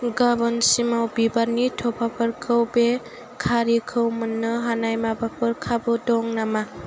गाबोनसिमाव बिबारनि थफाफोरखौ बेकारिखौ मोन्नो हानाय माबाफोर खाबु दं नामा